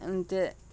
এতে